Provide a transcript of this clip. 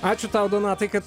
ačiū tau donatai kad